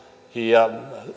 ja